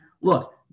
look